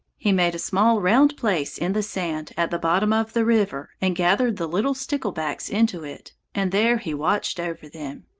he made a small round place in the sand at the bottom of the river and gathered the little sticklebacks into it, and there he watched over them.